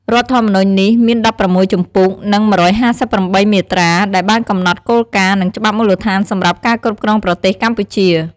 រដ្ឋធម្មនុញ្ញនេះ មាន១៦ជំពូក និង១៥៨មាត្រា ដែលបានកំណត់គោលការណ៍ និងច្បាប់មូលដ្ឋានសម្រាប់ការគ្រប់គ្រងប្រទេសកម្ពុជា។